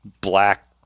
black